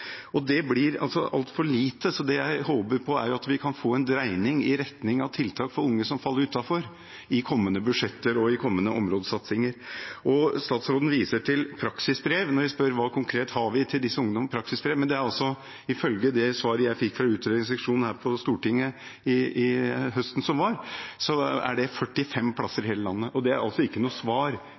Det blir altså altfor lite, så det jeg håper på, er at vi kan få en dreining i retning av tiltak for unge som faller utenfor, i kommende budsjetter og områdesatsinger. Statsråden viser til praksisbrev når vi spør hva vi konkret har til disse ungdommene, men ifølge det svaret jeg fikk fra utredningsseksjonen på Stortinget i høst, er det 45 plasser i hele landet. Det er altså ikke noe svar